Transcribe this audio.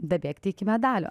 dabėgti iki medalio